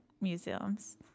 museums